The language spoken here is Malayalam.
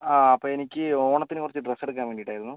ആ അപ്പോൾ എനിക്ക് ഓണത്തിന് കുറച്ച് ഡ്രസ്സ് എടുക്കാൻ വേണ്ടിയിട്ടായിരുന്നു